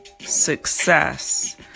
success